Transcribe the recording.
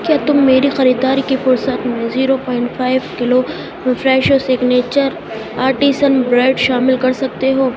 کیا تم میری خریداری کی فہرست میں zero point five kilo Fresho signature artisan bread شامل کر سکتے ہو